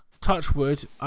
Touchwood